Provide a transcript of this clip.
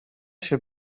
się